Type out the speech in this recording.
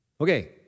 Okay